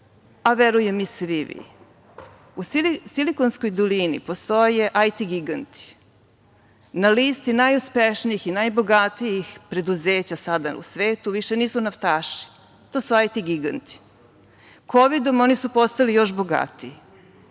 a verujem i svi vi. U Silikonskoj dolini postoje IT giganti. Na listi najuspešnijih i najbogatijih preduzeća sada u svetu više nisu naftaši, već su to IT giganti. Kovidom su oni postali još bogatiji.